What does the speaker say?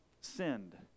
sinned